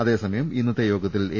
അതേസമയം ഇന്നത്തെ യോഗത്തിൽ എ